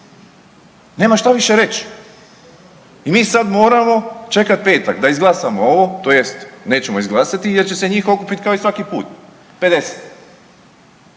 Nema šta više reć i mi sad moramo čekat petak da izglasamo ovo tj. nećemo izglasat jer će se njih okupit kao i svaki put 50.